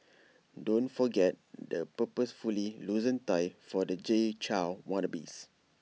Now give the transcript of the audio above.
don't forget the purposefully loosened tie for the Jay Chou wannabes